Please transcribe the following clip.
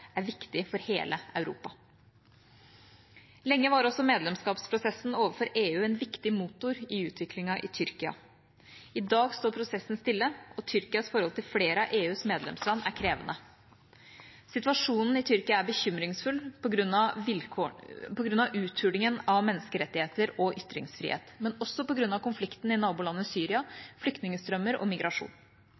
er viktig for hele Europa. Lenge var medlemskapsprosessen overfor EU en viktig motor for utviklingen i Tyrkia. I dag står prosessen stille, og Tyrkias forhold til flere av EUs medlemsland er krevende. Situasjonen i Tyrkia er bekymringsfull på grunn av uthulingen av menneskerettigheter og ytringsfrihet, men også på grunn av konflikten i nabolandet Syria, flyktningstrømmer og migrasjon.